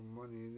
money